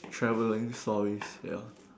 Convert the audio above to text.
travelling stories ya